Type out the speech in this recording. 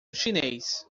chinês